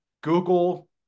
Google